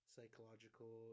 Psychological